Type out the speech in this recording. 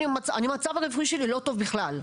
המצב הרפואי שלי לא טוב בכלל.